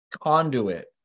conduit